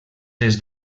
des